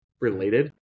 related